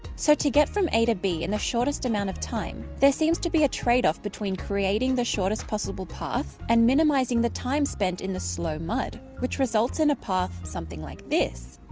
so to get from a to b in the shortest amount of time there seems to be a trade off between creating the shortest possible path and minimizing the time spent in the slow mud which results in a path, something like this.